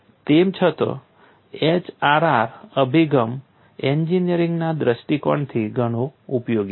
તેમ છતાં HRR અભિગમ એન્જિનિયરિંગના દ્રષ્ટિકોણથી ઘણો ઉપયોગી છે